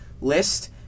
list